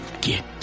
Get